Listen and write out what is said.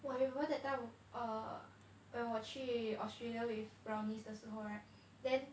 !wah! you remeber that time eh when 我去 australia with brownies 的时候 right then